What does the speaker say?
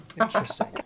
Interesting